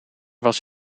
was